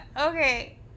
okay